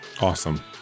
awesome